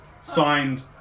signed